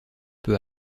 peu